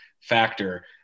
factor